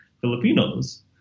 Filipinos